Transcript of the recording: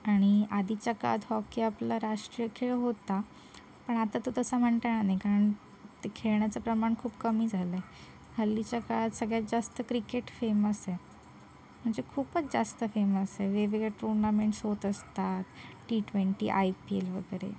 आणि आधीच्या काळात हॉकी आपला राष्ट्रीय खेळ होता पण आता तो तसा म्हणता येणार नाही कारण ते खेळण्याचं प्रमाण खूप कमी झालं आहे हल्लीच्या काळात सगळ्यात जास्त क्रिकेट फेमस आहे म्हणजे खूपच जास्त फेमस आहे वेगवेगळ्या टुर्नामेंट्स होत असतात T twenty I P L वगैरे